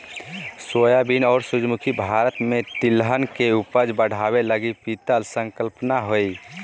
soybean और सूरजमुखी भारत में तिलहन के उपज बढ़ाबे लगी पीत संकल्पना हइ